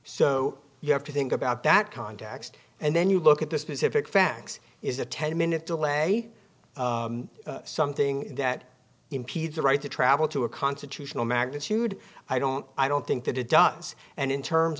so you have to think about that context and then you look at the specific facts is the ten minute delay something that impedes the right to travel to a constitutional magnitude i don't i don't think that it does and in terms